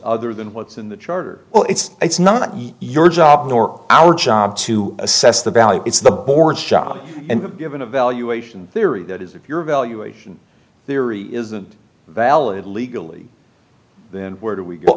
other than what's in the charter well it's it's not your job nor our job to assess the value it's the board's job and you have an evaluation theory that is if your valuation theory isn't valid legally then where do we go